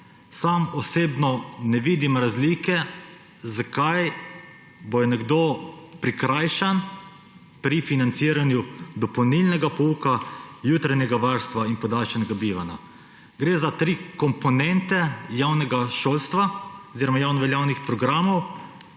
sam osebno ne vidim razlike, zakaj bo nekdo prikrajšan pri financiranju dopolnilnega pouka, jutranjega varstva in podaljšanega bivanja. Gre za tri komponente javnega šolstva oziroma javnoveljavnih programov,